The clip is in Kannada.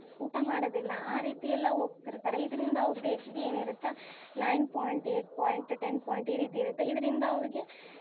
ಊಟ ಮಾಡೋದಿಲ್ಲ ಆ ರೀತಿ ಎಲ್ಲ ಹೋಗ್ತಿರ್ತರೆ ಇದರಿಂದ ಅವ್ರದ್ದು ಎಚ್ ಬಿ ಏನಿರುತ್ತೆ nine point eight point ten point ಈ ರೀತಿ ಇರುತ್ತೆ ಇದರಿಂದ ಅವ್ರಿಗೆ